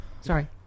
Sorry